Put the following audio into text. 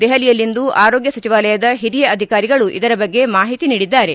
ದೆಹಲಿಯಲ್ಲಿಂದು ಆರೋಗ್ಯ ಸಚಿವಾಲಯದ ಹಿರಿಯ ಅಧಿಕಾರಿಗಳು ಇದರ ಬಗ್ಗೆ ಮಾಹಿತಿ ನೀಡಿದ್ದಾರೆ